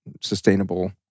sustainable